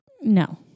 No